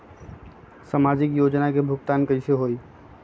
समाजिक योजना के भुगतान कैसे होई?